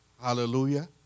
Hallelujah